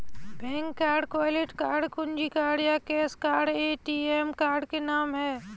bank card, client card, कुंजी card या cash card ATM card के नाम है